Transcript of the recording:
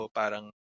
parang